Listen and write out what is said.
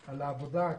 העבודה.